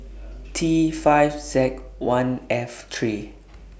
T five Z one F three